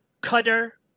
cutter